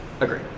agree